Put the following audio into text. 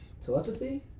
Telepathy